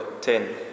Ten